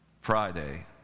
Friday